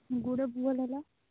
ଗୋଡ଼ ଭଲ ହେଲା